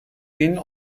bin